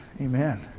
Amen